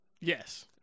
Yes